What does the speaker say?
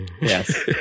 Yes